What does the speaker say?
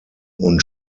und